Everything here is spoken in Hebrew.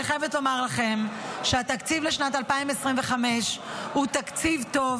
אני חייבת לומר לכם שהתקציב לשנת 2025 הוא תקציב טוב.